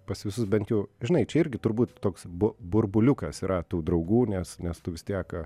pas visus bent jau žinai čia irgi turbūt toks bu burbuliukas yra tų draugų nes nes tu vis tiek